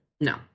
No